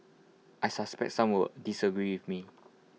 I suspect some will disagree with me